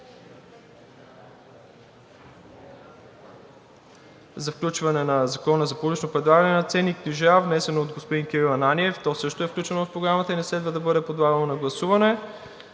за включване на Закона за публично предлагане на ценни книжа, внесено от господин Кирил Ананиев. То също е включено в Програмата и не следва да бъде подлагано на гласуване.